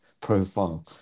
profile